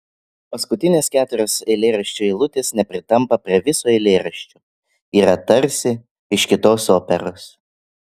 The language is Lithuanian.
paskutinės keturios eilėraščio eilutės nepritampa prie viso eilėraščio yra tarsi iš kitos operos